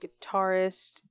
guitarist